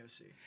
OC